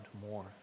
more